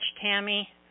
Tammy